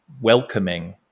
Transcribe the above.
welcoming